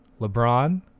LeBron